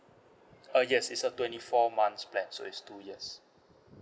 uh yes it's a twenty four months plan so it's two years